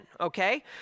okay